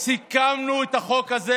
וסיכמנו את החוק הזה.